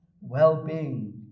well-being